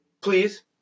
Please